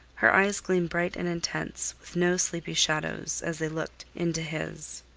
her eyes gleamed bright and intense, with no sleepy shadows, as they looked into his.